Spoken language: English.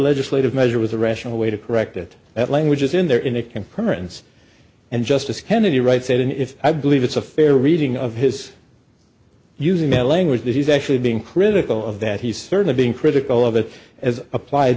legislative measure was a rational way to correct it at languages in there in a concurrent and justice kennedy right side and if i believe it's a fair reading of his using that language that he's actually being critical of that he's certainly being critical of it as applied